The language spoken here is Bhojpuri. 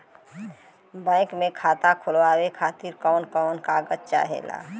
बैंक मे खाता खोलवावे खातिर कवन कवन कागज चाहेला?